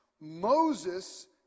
Moses